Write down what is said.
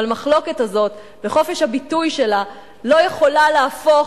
אבל המחלוקת הזאת וחופש הביטוי שלה לא יכולה להפוך